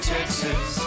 Texas